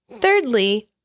Thirdly